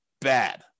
Bad